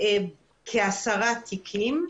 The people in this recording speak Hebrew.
כ-10 תיקים,